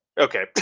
Okay